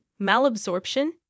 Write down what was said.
malabsorption